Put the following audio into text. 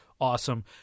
awesome